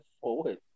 forward